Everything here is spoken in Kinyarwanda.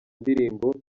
ndirimbo